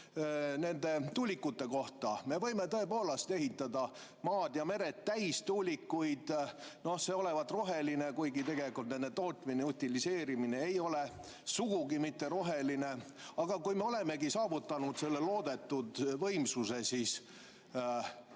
hoopis tuulikute kohta. Me võime tõepoolest ehitada maad ja mered tuulikuid täis. See olevat roheline, kuigi tegelikult nende tootmine ja utiliseerimine ei ole sugugi roheline. Aga kui me olemegi saavutanud selle loodetud võimsuse, siis